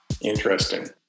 Interesting